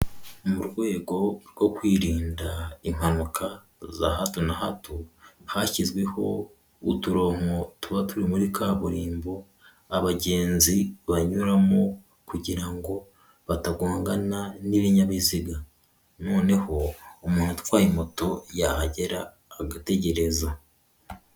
Mu rwego rwo kwirinda impanuka za hato na hato, hashyizweho uturonko tuba turi muri kaburimbo abagenzi banyuramo kugira ngo batagongana n'ibinyabiziga, noneho umuntu utwaye moto yahagera agategereza.